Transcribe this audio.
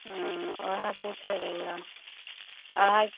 हँ ओहए पुछै रहिऐ अढ़ाइ